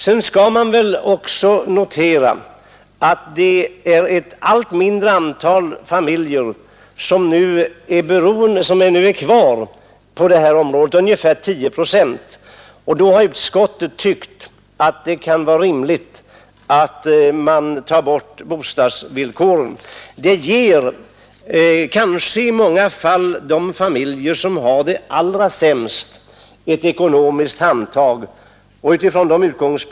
Dessutom är det ett allt mindre antal familjer som nu är kvar på det här området, ungefär 10 procent. Utskottet har därför tyckt att det är rimligt att ta bort bostadsvillkoret. Det ger kanske i många fall de familjer som har det allra sämst ett handtag i ekonomiskt avseende.